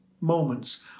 moments